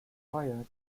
prior